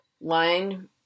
line